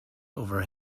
over